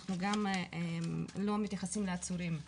אנחנו גם לא מתייחסים לעצורים.